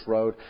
Road